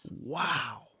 Wow